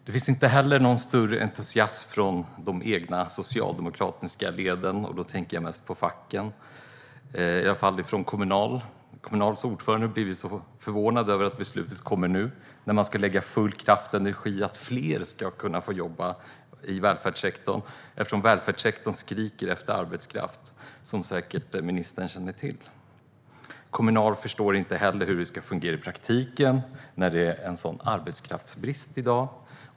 Det finns inte heller någon större entusiasm från de egna socialdemokratiska leden. Då tänker jag mest på facken. Kommunals ordförande blev förvånad över att beslutet kommer nu när man ska lägga full kraft och energi på att fler ska kunna få jobba i välfärdssektorn, eftersom välfärdssektorn skriker efter arbetskraft, som ministern säkert känner till. Kommunal förstår inte heller hur det ska fungera i praktiken när det är en sådan arbetskraftsbrist i dag.